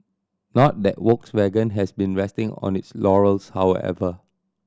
not that Volkswagen has been resting on its laurels however